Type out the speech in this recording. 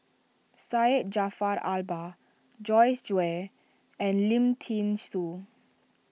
Syed Jaafar Albar Joyce Jue and Lim thean Soo